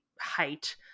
height